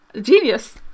genius